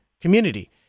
community